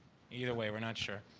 either way, we're not sure.